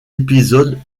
épisodes